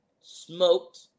smoked